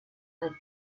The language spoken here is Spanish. del